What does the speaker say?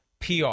PR